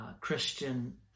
Christian